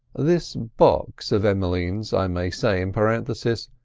this box of emmeline's, i may say in parenthesis,